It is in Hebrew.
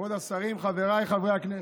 כבוד השרים, חבריי חברי הכנסת,